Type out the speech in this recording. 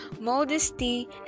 modesty